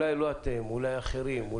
אולי אחרים,